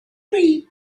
read